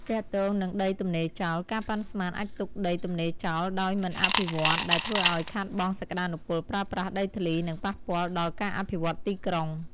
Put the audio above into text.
ទាក់ទងនិងដីទំនេរចោល ការប៉ាន់ស្មានអាចទុកដីទំនេរចោលដោយមិនអភិវឌ្ឍន៍ ដែលធ្វើឲ្យខាតបង់សក្តានុពលប្រើប្រាស់ដីធ្លី និងប៉ះពាល់ដល់ការអភិវឌ្ឍទីក្រុង។